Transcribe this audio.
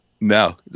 No